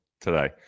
today